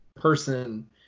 person